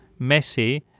Messi